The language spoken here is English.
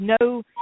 no